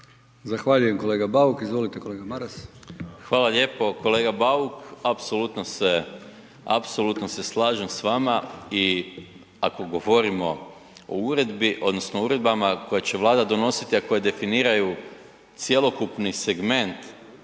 Zahvaljujem, kolega Bauk, izvolite kolega Maras. **Maras, Gordan (SDP)** Hvala lijepo. Kolega Bauk, apsolutno se slažem s vama i ako govorimo o uredbi odnosno o uredbama koje će Vlada donositi a koje definiraju cjelokupni segment